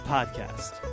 Podcast